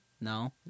No